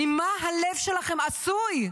ממה הלב שלכם עשוי?